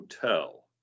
Hotel